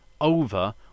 over